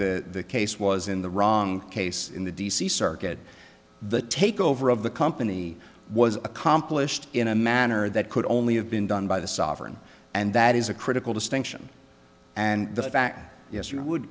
like the case was in the wrong case in the d c circuit the takeover of the company was accomplished in a manner that could only have been done by the sovereign and that is a critical distinction and the fact yes you would